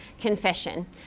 Confession